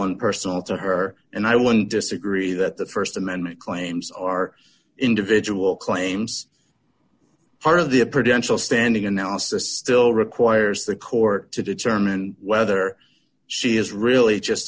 and personal to her and i one disagree that the st amendment claims are individual claims part of the a pretentious standing analysis still requires the court to determine whether she is really just